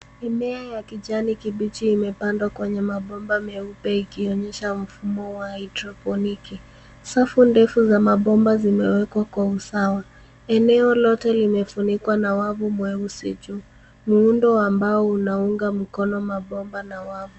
Mmimea ya kijani kibichi imepandwa kwenye mabomba meupe ikionyesha mfumo wa hydroponiki. Safu ndefu za mabomba zimewekwa kwa usawa. Eneo lote limefunikwa na wavu mweusi juu. Muundo wa mbao unaunga mkono mabomba na wavu.